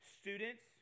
students